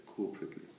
corporately